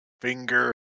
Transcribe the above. finger